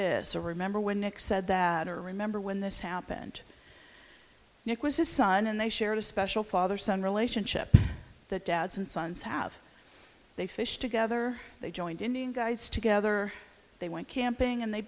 this or remember when nick said that or remember when this happened nick was his son and they shared a special father son relationship that dads and sons have they fish together they joined indian guides together they went camping and they